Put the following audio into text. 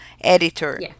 editor